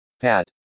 Pat